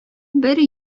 бер